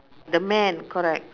the man correct